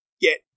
get